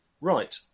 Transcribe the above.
right